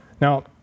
Now